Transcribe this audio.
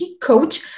coach